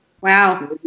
Wow